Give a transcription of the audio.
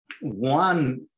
one